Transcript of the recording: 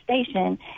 station